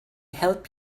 help